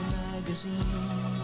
magazine